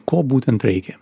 ko būtent reikia